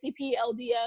LDF